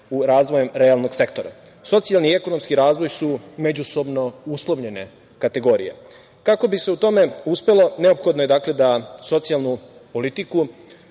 razvojem realnog sektora. Socijalni i ekonomski razvoj su međusobno uslovljene kategorije. Kako bi se u tome uspelo, neophodno je, dakle, da socijalnu politiku